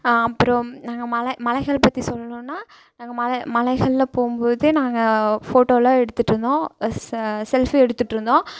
அப்புறம் நாங்கள் மலை மலைகள் பற்றி சொல்லுன்னால் நாங்கள் மலை மலைகளில் போகும்போது நாங்கள் ஃபோட்டோ எல்லாம் எடுத்துட்டு இருந்தோம் ச செல்ஃபி எடுத்துட்டு இருந்தோம்